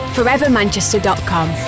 Forevermanchester.com